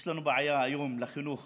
יש לנו בעיה היום בחינוך